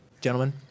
Gentlemen